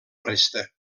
resta